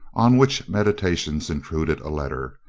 on which meditations intruded a letter.